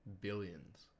Billions